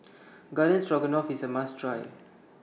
Garden Stroganoff IS A must Try